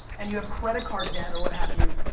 and you have credit card debt or what have you,